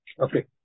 Okay